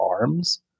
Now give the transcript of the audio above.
arms